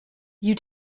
you